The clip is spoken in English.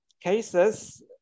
cases